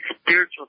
spiritual